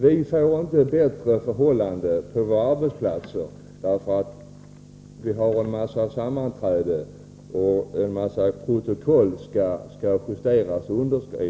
Vi får inte bättre förhållanden på våra arbetsplatser därför att vi har en mängd sammanträden och protokoll som skall justeras.